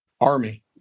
army